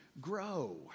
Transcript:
grow